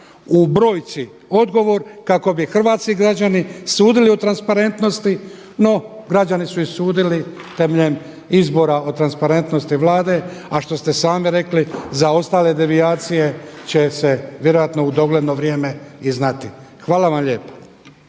u brojci odgovor kako bi hrvatski građani sudili o transparentnosti. No građani su i sudili temeljem izbora o transparentnosti vlade, a što ste sami rekli za ostale devijacije će se vjerojatno u dogledno vrijeme i znati. Hvala vam lijepo.